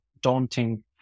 daunting